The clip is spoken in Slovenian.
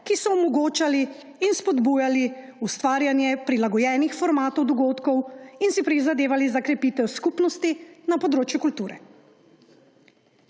ki so omogočali in spodbujali ustvarjanje prilagojenih formatov dogodkov in si prizadevali za krepitev skupnosti na področju kulture.